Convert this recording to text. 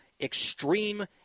extreme